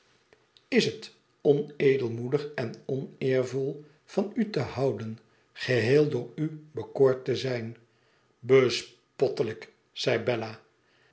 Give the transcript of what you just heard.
is het onedelmoedig en oneervol van u te houden geheel door a bekoord te zijn bespottelijk zei bella